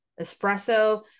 espresso